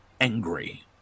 angry